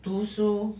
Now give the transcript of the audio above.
读书